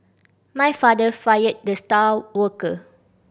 my father fired the star worker